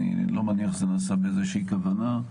אני לא מניח שזה נעשה מאיזושהי כוונה,